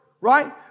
right